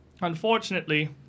Unfortunately